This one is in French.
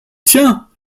tiens